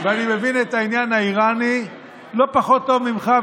ואני מבין את העניין האיראני לא פחות טוב ממך,